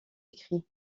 écrits